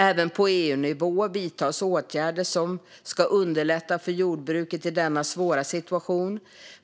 Även på EU-nivå vidtas åtgärder som ska underlätta för jordbruket i denna svåra situation.